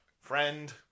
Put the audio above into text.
friend